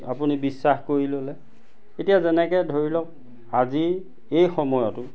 আপুনি বিশ্বাস কৰি ল'লে এতিয়া যেনেকে ধৰি লওক আজি এই সময়তো